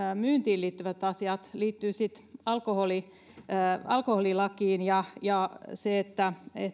myyntiin liittyvät asiat liittyvät sitten alkoholilakiin ja ja se että